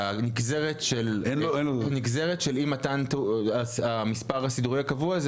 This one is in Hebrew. שהנגזרת שאי מתן המספר הסידורי הקבוע הזה,